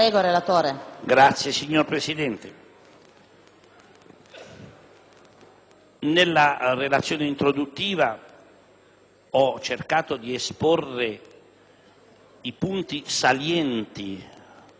*relatore*. Signora Presidente, nella relazione introduttiva ho cercato di esporre i punti salienti